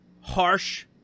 harsh